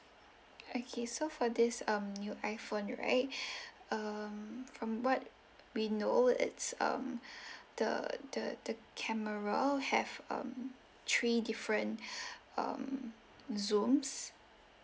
okay so for this um new iphone right um from what we know it's um the the the camera have um three different um zooms